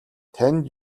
танд